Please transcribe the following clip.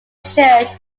church